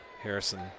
Harrison